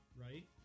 right